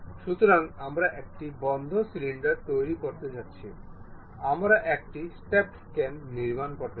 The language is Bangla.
সুতরাং আমরা একটি বদ্ধ সিলিন্ডার তৈরী করতে যাচ্ছি আমরা একটি স্টেপেড কেন নির্মাণ করতে চাই